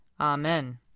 Amen